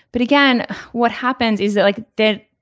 but again what happens is that like that.